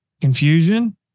confusion